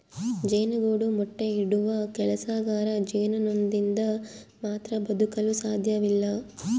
ಜೇನುಗೂಡು ಮೊಟ್ಟೆ ಇಡುವ ಕೆಲಸಗಾರ ಜೇನುನೊಣದಿಂದ ಮಾತ್ರ ಬದುಕಲು ಸಾಧ್ಯವಿಲ್ಲ